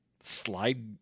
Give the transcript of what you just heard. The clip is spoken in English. slide